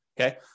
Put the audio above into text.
Okay